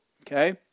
Okay